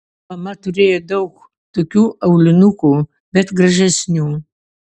mama turėjo daug tokių aulinukų bet gražesnių